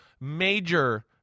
major